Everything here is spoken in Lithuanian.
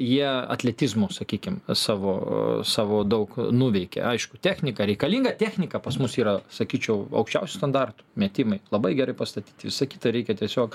jie atletizmo sakykim savo savo daug nuveikė aišku technika reikalinga technika pas mus yra sakyčiau aukščiausių standartų metimai labai gerai pastatyti visa kita reikia tiesiog